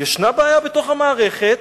יש בעיה בתוך המערכת.